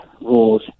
rules